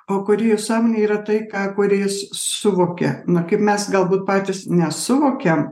o kūrėjo sąmonėje yra tai ką kūrėjas suvokė na kaip mes galbūt patys nesuvokiam